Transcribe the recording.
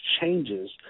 changes